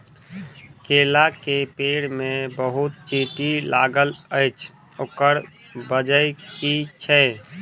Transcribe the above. केला केँ पेड़ मे बहुत चींटी लागल अछि, ओकर बजय की छै?